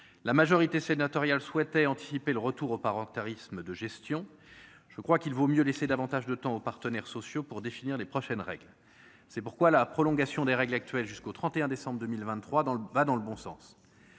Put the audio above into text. la majorité sénatoriale souhaitait anticiper le retour aux parents de charisme, de gestion, je crois qu'il vaut mieux laisser davantage de temps aux partenaires sociaux pour définir les prochaines règles c'est pourquoi la prolongation des règles actuelles jusqu'au 31 décembre 2023 dans le va dans